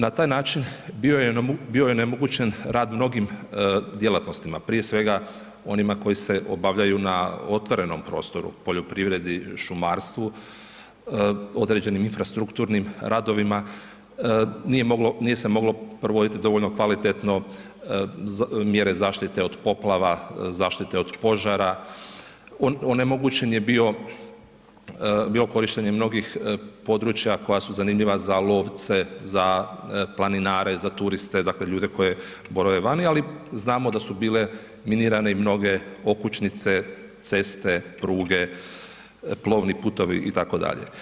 Na taj način bio je onemogućen rad mnogim djelatnostima, prije svega onima koji se obavljaju na otvorenom prostoru, poljoprivredi, šumarstvu, određenim infrastrukturnim radovima, nije se moglo provoditi dovoljno kvalitetno mjere zaštite od poplava, zaštite od požara, onemogućen je bilo korištenja mnogih područja koja su zanimljiva za lovce, za planinare, za turiste, dakle, ljude koji borave vani, ali znamo da su bile minirane i mnoge okućnice, ceste, pruge, plovni putovi itd.